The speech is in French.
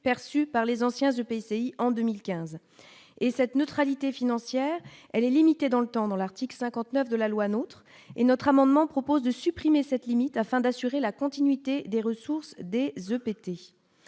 perçues par les anciens du PCI en 2015. Et cette neutralité financière, elle est limitée dans le temps dans l'article 59 de la loi nôtre et notre amendement propose de supprimer cette limite afin d'assurer la continuité des ressources D